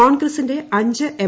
കോൺഗ്രസിന്റെ അഞ്ച് എം